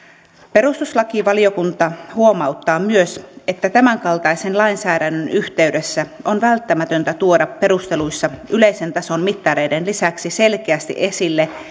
perustuslakivaliokunta huomauttaa myös että tämänkaltaisen lainsäädännön yhteydessä on välttämätöntä tuoda perusteluissa yleisen tason mittareiden lisäksi selkeästi esille